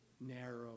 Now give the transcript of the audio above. narrow